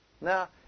Now